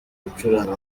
gucuranga